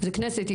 זה הכנסת,